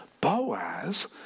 Boaz